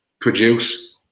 produce